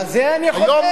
לזה אני חותר.